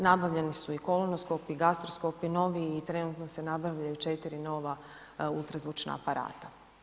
Nabavljeni su i kolonoskopi i gastroskopi novi i trenutno se nabavljaju četiri nova ultrazvučna aparata.